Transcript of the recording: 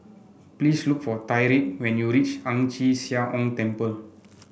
please look for Tyrique when you reach Ang Chee Sia Ong Temple